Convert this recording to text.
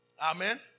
Amen